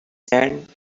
said